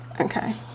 Okay